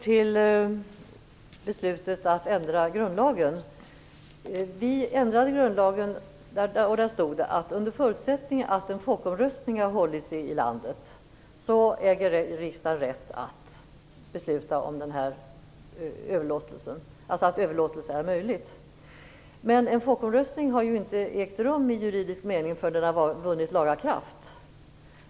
Herr talman! I den ändrade grundlagen stod det att under förutsättning att en folkomröstning har hållits i landet äger riksdagen rätt att besluta om att överlåtelse är möjligt. Men en folkomröstning har ju inte ägt rum i juridisk mening förrän den har vunnit laga kraft.